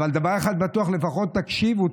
אבל דבר אחד בטוח, לפחות תקשיבו.